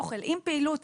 עם אוכל,